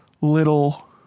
little